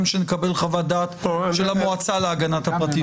שנקבל חוות דעת של המועצה להגנת הפרטיות.